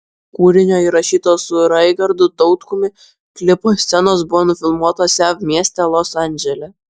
kūrinio įrašyto su raigardu tautkumi klipo scenos buvo nufilmuotos jav mieste los andžele